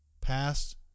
past